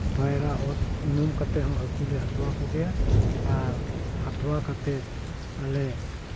ᱯᱟᱭᱨᱟ ᱚᱛ ᱩᱱᱩᱢ ᱠᱟᱛᱮᱦᱚᱸ ᱦᱟᱹᱠᱩᱞᱮ ᱦᱟᱛᱣᱟ ᱠᱚᱜᱮᱭᱟ ᱟᱨ ᱦᱟᱛᱣᱟ ᱠᱟᱛᱮᱫ ᱟᱞᱮ